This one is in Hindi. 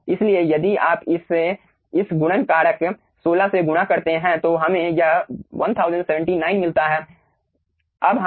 इसलिए यदि आप इसे इस गुणन कारक 16 से गुणा करते हैं तो हमें यह 1079 मिलता है